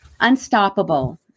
Unstoppable